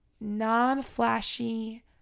non-flashy